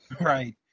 Right